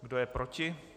Kdo je proti?